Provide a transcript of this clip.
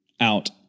out